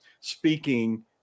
speaking